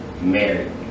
married